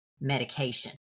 medication